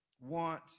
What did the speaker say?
want